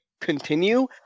continue